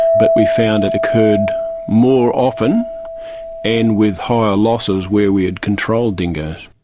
but we found it occurred more often and with higher losses where we had controlled dingoes.